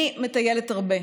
אני מטיילת הרבה,